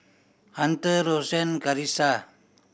Hunter Rosann Karissa